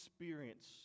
experience